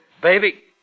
Baby